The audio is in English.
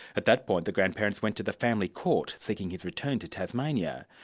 at that point the grandparents went to the family court, seeking his return to tasmania.